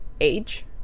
Age